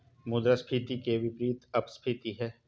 मुद्रास्फीति के विपरीत अपस्फीति है